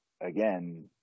again